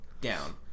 down